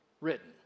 written